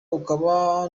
ukaba